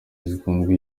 zikunzwe